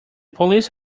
police